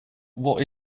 what